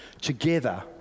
together